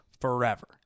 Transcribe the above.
forever